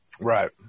right